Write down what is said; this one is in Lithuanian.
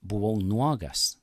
buvau nuogas